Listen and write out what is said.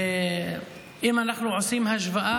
ואם אנחנו עושים השוואה,